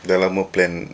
dah lama plan